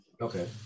Okay